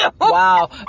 Wow